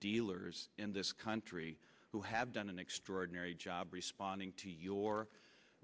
dealers in this country who have done an extraordinary job responding to your